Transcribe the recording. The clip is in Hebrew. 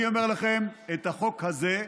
אני אומר לכם, החוק הזה,